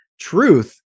Truth